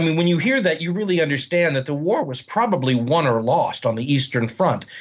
when you hear that you really understand that the war was probably won or lost on the eastern front.